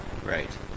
Right